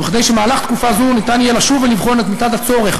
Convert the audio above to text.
וכדי שבמהלך תקופה זו יהיה אפשר לשוב ולבחון את מידת הצורך